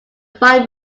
fire